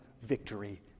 victory